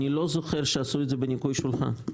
אני לא זוכר שעשו את זה בניקוי שולחן.